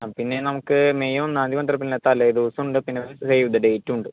ആ പിന്നെ നമുക്ക് മെയ് ഒന്നാം തീയതി മാത്രമല്ല പിന്നെ തലേദിവസമുണ്ട് പിന്നെ സേവ് ദ ഡേറ്റുമുണ്ട്